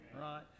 right